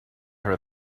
her